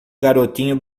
garotinho